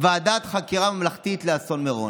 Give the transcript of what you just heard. ועדת חקירה ממלכתית לאסון מירון.